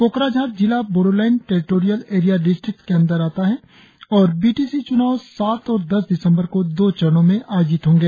कोकराझार जिला Bodoland territorial area districts के अंतर्गत है और बीटीसी च्नाव सात और दस दिसंबर का दो चरणो में होंगे